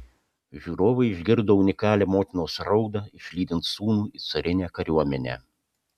žiūrovai išgirdo unikalią motinos raudą išlydint sūnų į carinę kariuomenę